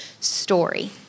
story